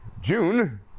June